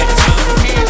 time